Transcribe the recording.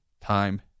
time